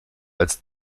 als